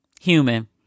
human